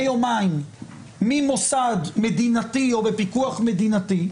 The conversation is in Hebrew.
יומיים ממוסד מדינתי או בפיקוח מדינתי,